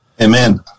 Amen